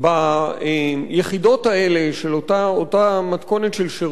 ביחידות האלה של אותה מתכונת של שירות,